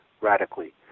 radically